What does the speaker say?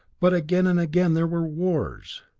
but again and again there were wars.